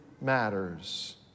matters